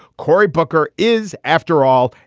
cory booker is, after all,